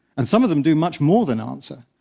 and some of them do much more than answer.